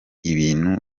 ibintu